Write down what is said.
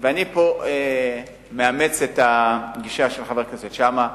ופה אני מאמץ את הגישה של חבר הכנסת שאמה,